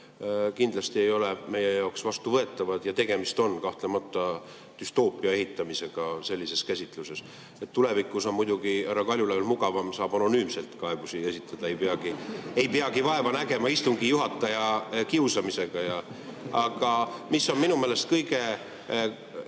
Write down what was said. kindlasti ei ole meie jaoks vastuvõetavad. Tegemist on kahtlemata düstoopia ehitamisega sellises käsitluses. Tulevikus on muidugi härra Kaljulaiul mugavam, saab anonüümselt kaebusi esitada. (Naer saalis.) Ei peagi vaeva nägema istungi juhataja kiusamisega. Aga minu meelest on kõige